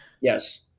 yes